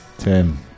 Tim